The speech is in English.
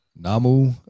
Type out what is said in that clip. namu